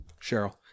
Cheryl